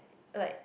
like